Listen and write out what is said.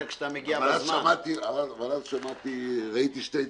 אבל אז ראיתי שני דברים.